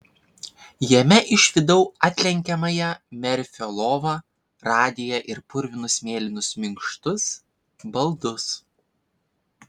jame išvydau atlenkiamąją merfio lovą radiją ir purvinus mėlynus minkštus baldus